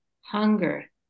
hunger